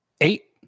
Eight